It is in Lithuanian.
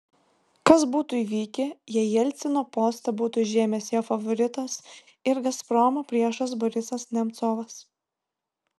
kas būtų įvykę jei jelcino postą būtų užėmęs jo favoritas ir gazpromo priešas borisas nemcovas